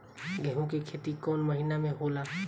गेहूं के खेती कौन महीना में होला?